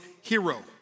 hero